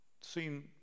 seen